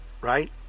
right